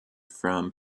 from